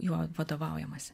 juo vadovaujamasi